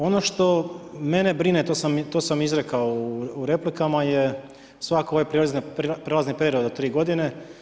Ono što mene brine, to sam izrekao u replikama je svakako ovaj prijelazni period od tri godine.